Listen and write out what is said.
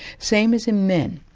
same as in men.